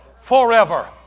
forever